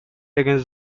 against